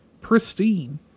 pristine